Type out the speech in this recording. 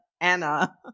Anna